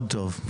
מאוד טוב.